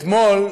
אתמול,